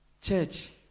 Church